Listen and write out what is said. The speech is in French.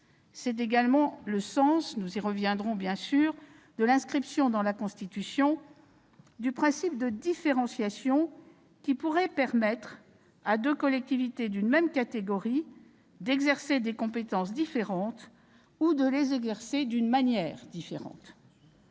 C'est également- nous y reviendrons, bien sûr -le sens de l'inscription dans la Constitution du principe de différenciation, qui pourrait permettre à deux collectivités d'une même catégorie d'exercer des compétences différentes ou de les exercer d'une manière différente.